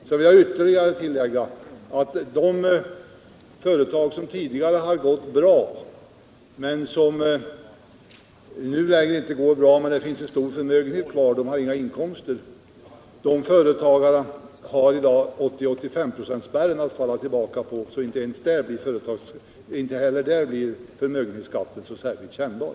Jag vill tillägga att de företag som tidigare gått bra men nu inte längre gör det — de kan ha en stor förmögenhet men inga inkomster — har i dag 80/85-procentsspärren att falla tillbaka på. Inte ens för dem blir alltså förmögenhetsskatten särskilt kännbar.